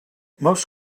most